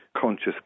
conscious